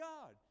God